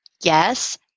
yes